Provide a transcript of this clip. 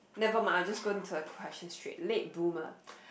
nevermind I will just going to the question straight late bloomer